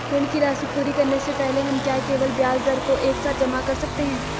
ऋण की राशि पूरी करने से पहले हम क्या केवल ब्याज दर को एक साथ जमा कर सकते हैं?